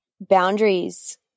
boundaries